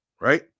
right